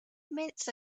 minutes